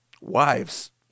wives